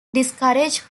discourage